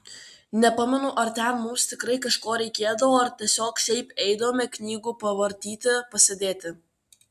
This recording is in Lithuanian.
nepamenu ar ten mums tikrai kažko reikėdavo ar tiesiog šiaip eidavome knygų pavartyti pasėdėti